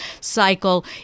cycle